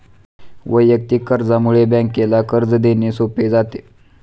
वैयक्तिक कर्जामुळे बँकेला कर्ज देणे सोपे जाते